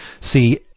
See